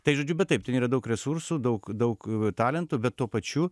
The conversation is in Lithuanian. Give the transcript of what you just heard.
tai žodžiu bet taip tai nėra daug resursų daug daug talentų bet tuo pačiu